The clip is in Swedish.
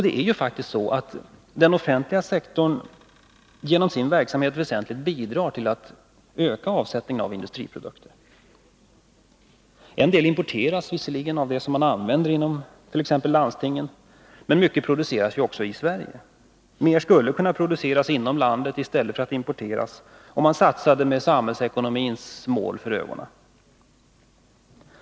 Den offentliga sektorn bidrar väsentligt genom sin verksamhet till att öka avsättningen av industriprodukter. En del av det som används inom t.ex. landstingen importeras visserligen, men mycket produceras ju också i Sverige. Mer skulle kunna produceras inom landet i stället för att importeras, om det gjordes satsningar med samhällsekonomins bästa för ögonen.